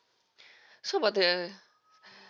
so about the